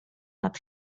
nad